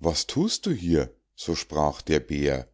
was thust du hier so sprach der bär